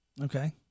Okay